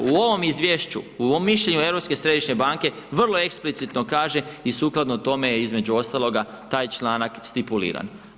U ovom izvješću, u mišljenju Europske središnje banke, vrlo eksplicitno kaže i sukladno tome je, između ostaloga taj članak stipuliran.